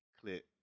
clip